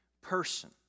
person